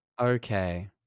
Okay